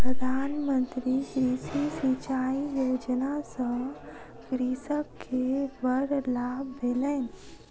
प्रधान मंत्री कृषि सिचाई योजना सॅ कृषक के बड़ लाभ भेलैन